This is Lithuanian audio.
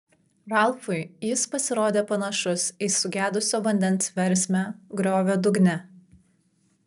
ralfui jis pasirodė panašus į sugedusio vandens versmę griovio dugne